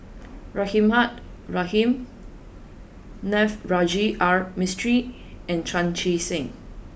Rahimah Rahim Navroji R Mistri and Chan Chee Seng